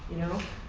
you know?